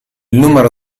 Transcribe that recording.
numero